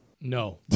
No